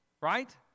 Right